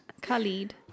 Khalid